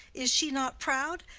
is she not proud?